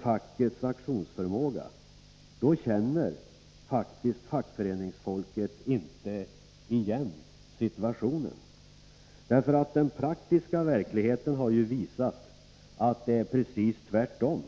fackets aktionsförmåga, känner faktiskt fackföreningsfolket inte igen situationen. Den praktiska verkligheten har ju visat att det är precis tvärtom.